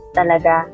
talaga